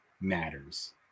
matters